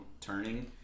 turning